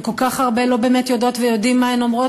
וכל כך הרבה לא באמת יודעות ויודעים מה הן אומרות